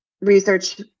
research